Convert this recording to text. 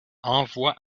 envoie